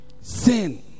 sin